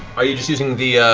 are you just using the.